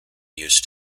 used